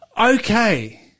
Okay